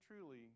truly